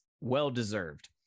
well-deserved